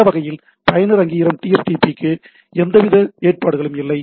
அந்த வகையில் பயனர் அங்கீகாரத்திற்கு TFTP க்கு எந்தவிதமான ஏற்பாடுகளும் இல்லை